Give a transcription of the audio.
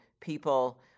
people